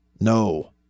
no